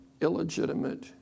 illegitimate